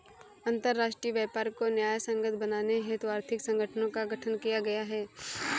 अंतरराष्ट्रीय व्यापार को न्यायसंगत बनाने हेतु आर्थिक संगठनों का गठन किया गया है